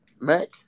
Mac